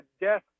death